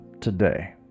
today